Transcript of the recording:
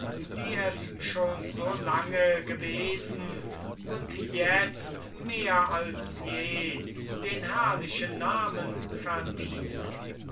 die es schon so lange gewesen und jetzt mehr als je den herrlichen namen verdiente